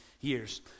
years